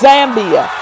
Zambia